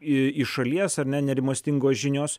į iš šalies ar ne nerimastingos žinios